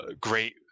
great